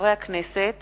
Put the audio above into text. בהצעת